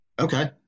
Okay